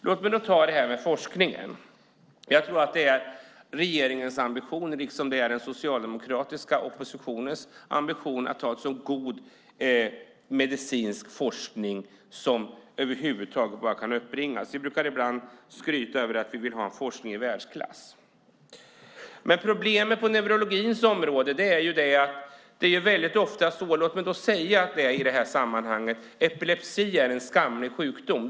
Beträffande forskningen tror jag att det är regeringens ambition, liksom det är den socialdemokratiska oppositionens ambition, att ha så god medicinsk forskning som det över huvud taget kan uppbringas. Vi vill ibland skryta om att vi vill ha en forskning i världsklass. Problemet på neurologins område är att epilepsi - låt mig få säga det i det här sammanhanget - är en skamlig sjukdom.